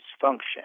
function